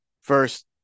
first